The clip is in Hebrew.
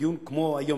בדיון כמו היום,